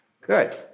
Good